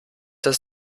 das